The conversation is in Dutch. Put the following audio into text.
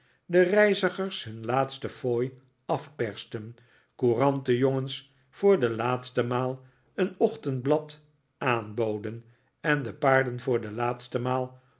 den reizigers hun laatste fooi afpersten courantenjongens voor de laatste maal een ochtendblad aanboden en de paarden voor de laatste maal